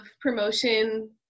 promotion